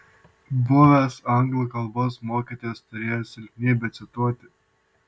buvęs anglų kalbos mokytojas turėjo silpnybę cituoti